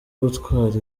gutwara